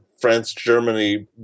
France-Germany